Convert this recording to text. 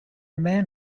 man